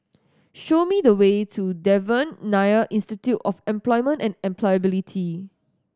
show me the way to Devan Nair Institute of Employment and Employability